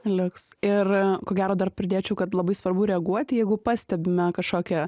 liuks ir ko gero dar pridėčiau kad labai svarbu reaguoti jeigu pastebime kažkokią